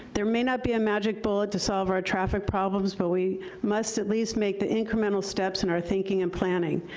there may not be a magic bullet to solve our traffic problems, but we must at least make the incremental steps in our thinking and planning.